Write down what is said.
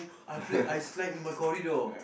I played ice slide in my corridor